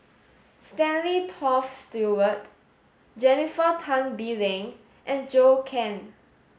Stanley Toft Stewart Jennifer Tan Bee Leng and Zhou Can